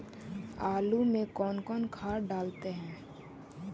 आलू में कौन कौन खाद डालते हैं?